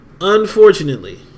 unfortunately